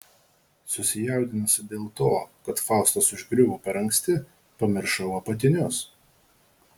susijaudinusi dėl to kad faustas užgriuvo per anksti pamiršau apatinius